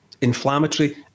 inflammatory